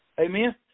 Amen